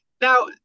Now